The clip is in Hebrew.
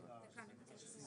של חוקי